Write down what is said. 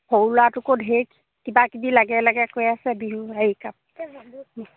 সৰু লৰাটোকো ধেৰ কিবা কিবি লাগে লাগে কৈ আছে বিহু হেৰি কাপোৰ